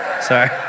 Sorry